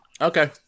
Okay